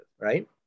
right